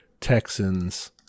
Texans